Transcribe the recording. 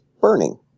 burning